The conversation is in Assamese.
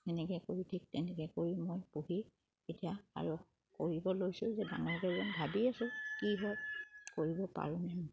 এনেকে কৰি ঠিক তেনেকে কৰি মই পুহি এতিয়া আৰু কৰিব লৈছোঁ যে ডাঙৰকে ভাবি আছোঁ কি হয় কৰিব পাৰোঁনে নকৰোঁ